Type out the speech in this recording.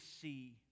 see